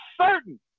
certain